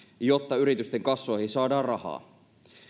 jotta yritysten kassoihin saadaan rahaa